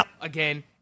again